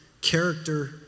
character